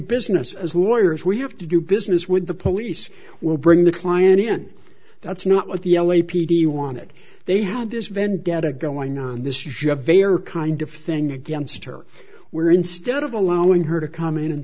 business as lawyers we have to do business with the police we'll bring the client in that's not what the l a p d wanted they had this vendetta going on this huge of a are kind of thing against her where instead of allowing her to come in and